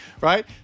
Right